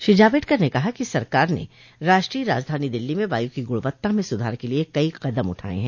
श्री जावड़ेकर ने कहा कि सरकार ने राष्ट्रीय राजधानी दिल्ली में वायु की गुणवत्ता में सुधार के लिए कई कदम उठाये हैं